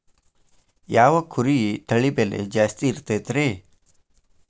ಯಾವ ಕುರಿ ತಳಿ ಬೆಲೆ ಜಾಸ್ತಿ ಇರತೈತ್ರಿ?